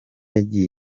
yagiye